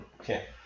okay